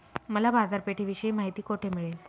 मला बाजारपेठेविषयी माहिती कोठे मिळेल?